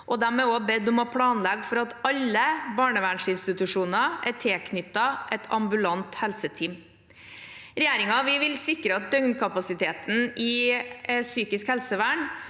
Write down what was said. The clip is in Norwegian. også bedt om å planlegge for at alle barnevernsinstitusjoner er tilknyttet et ambulant helseteam. Regjeringen vil sikre at døgnkapasiteten innen psykisk helsevern